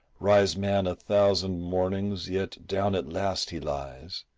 rise man a thousand mornings yet down at last he lies,